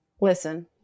Listen